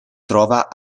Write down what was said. trova